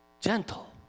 gentle